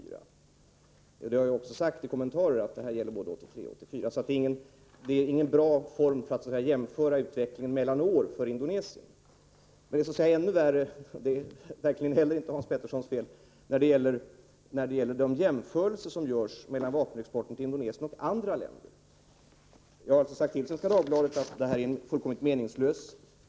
I kommentarer har jag också sagt att detta gäller både 1983 och 1984. Att utgå från den här statistiken är inte någon bra form för jämförelser mellan olika år av utvecklingen när det gäller exporten till Indonesien. Men ännu värre är det — och det är verkligen inte heller Hans Peterssons fel — när det gäller de jämförelser som görs mellan vapenexporten till Indonesien och vapenexporten till andra länder. Jag har meddelat Svenska Dagbladet att den statistik man presenterat är fullkomligt meningslös.